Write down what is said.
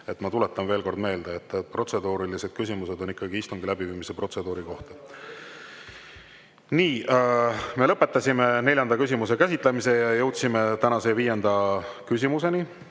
Ma tuletan veel kord meelde, et protseduurilised küsimused on ikkagi istungi läbiviimise protseduuri kohta. Nii! Me lõpetasime neljanda küsimuse käsitlemise ja jõudsime tänase viienda küsimuseni,